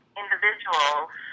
individuals